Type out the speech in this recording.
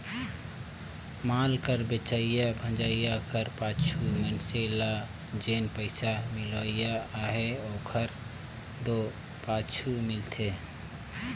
माल कर बेंचाए भंजाए कर पाछू मइनसे ल जेन पइसा मिलोइया अहे ओहर दो पाछुच मिलथे